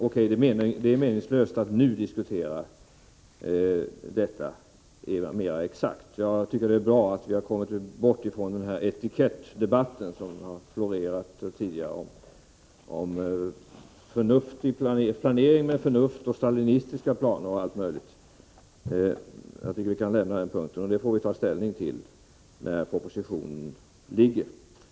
O. K.-det är meningslöst att nu diskutera detaljeringsgraden mera exakt. Jag tycker det är bra att vi har kommit bort från den ”etikettdebatt” som har florerat tidigare om planering med förnuft, stalinistisk planering och allt möjligt sådant. Vi kan lämna den saken och ta ställning till det när propositionen föreligger.